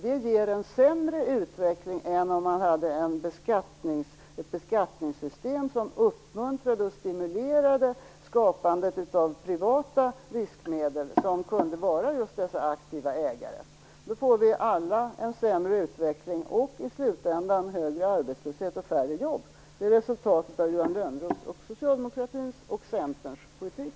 Det ger en sämre utveckling än om man hade ett beskattningssystem som uppmuntrade och stimulerade skapandet av privata riskmedel som kunde vara just dessa aktiva ägare. Nu får vi alla en sämre utveckling och i slutändan en högre arbetslöshet och färre jobb. Det är resultatet av Johan Lönnroths, Socialdemokraternas och Centerns politik.